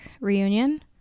Reunion